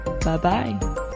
Bye-bye